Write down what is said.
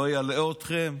לא אלאה אתכם,